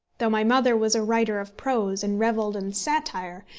though my mother was a writer of prose, and revelled in satire,